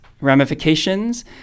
ramifications